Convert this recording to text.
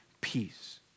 peace